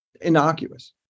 innocuous